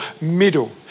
middle